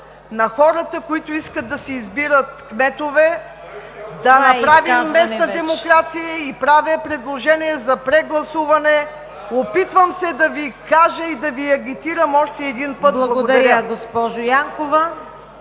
на хората, които искат да си избират кметове. Да направим местна демокрация. Правя предложение за прегласуване. Опитвам се да Ви кажа и да Ви агитирам още един път. ПРЕДСЕДАТЕЛ ЦВЕТА